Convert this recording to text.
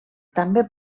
també